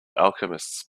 alchemists